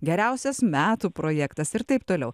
geriausias metų projektas ir taip toliau